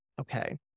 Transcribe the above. Okay